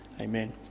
amen